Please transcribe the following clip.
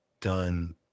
done